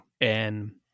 and-